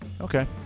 Okay